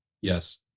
Yes